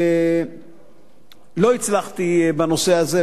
לא הצלחתי בנושא הזה.